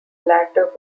latter